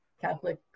Catholic